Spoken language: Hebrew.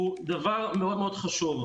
הוא דבר מאוד מאוד חשוב.